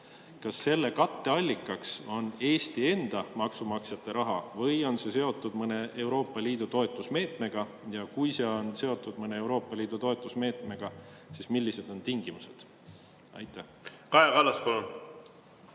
Kas selle katteallikaks on Eesti enda maksumaksjate raha või on see seotud mõne Euroopa Liidu toetusmeetmega? Kui see on seotud mõne Euroopa Liidu toetusmeetmega, siis millised on tingimused? Kaja Kallas,